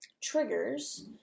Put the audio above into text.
triggers